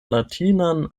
latinan